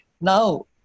Now